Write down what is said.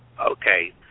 Okay